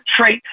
trait